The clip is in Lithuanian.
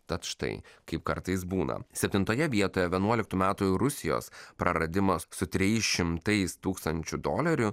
tad štai kaip kartais būna septintoje vietoje vienuoliktų metų rusijos praradimas su tejais šimtais tūkstančių dolerių